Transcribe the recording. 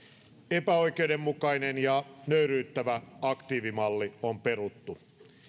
epäoikeudenmukainen ja nöyryyttävä aktiivimalli on peruttu